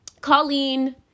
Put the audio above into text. Colleen